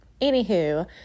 Anywho